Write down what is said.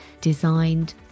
designed